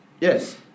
Yes